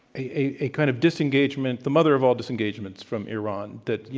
a kind of disengagement, the mother of all disengagements from iran. that, you